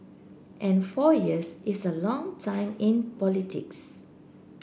and four years is a long time in politics